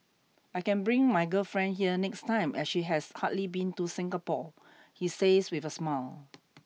I can bring my girlfriend here next time as she has hardly been to Singapore he says with a smile